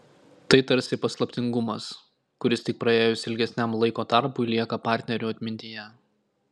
tai tarsi paslaptingumas kuris tik praėjus ilgesniam laiko tarpui lieka partnerių atmintyje